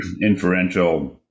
inferential